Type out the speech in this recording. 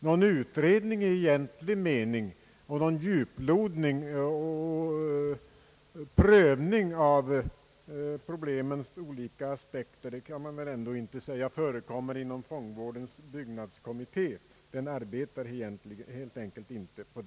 Någon utredning i egentlig mening och någon djuplodning eller prövning av problemens olika aspekter kan man väl ändå inte påstå förekommer inom fångvårdens byggnadskommitté. Den arbetar helt enkelt inte så.